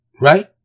right